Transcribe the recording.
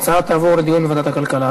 ההצעה תעבור לדיון בוועדת הכלכלה,